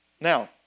Now